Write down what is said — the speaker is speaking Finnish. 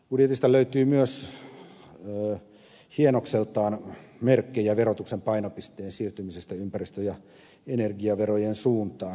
budjetista löytyy myös hienokseltaan merkkejä verotuksen painopisteen siirtymisestä ympäristö ja energiaverojen suuntaan